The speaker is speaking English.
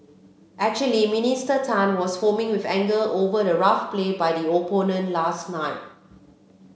actually Minister Tan was foaming with anger over the rough play by the opponent last night